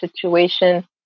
situation